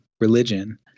religion